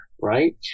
right